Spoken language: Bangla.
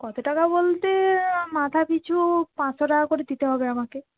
কতো টাকা বলতে মাথা পিছু পাঁচশো টাকা করে দিতে হবে আমাকে